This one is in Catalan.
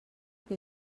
que